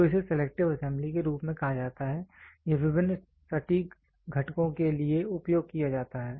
तो इसे selective assembly के रूप में कहा जाता है यह विभिन्न सटीक घटकों के लिए उपयोग किया जाता है